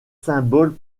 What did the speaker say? symboles